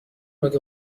نوک